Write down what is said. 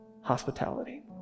hospitality